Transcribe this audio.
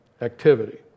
activity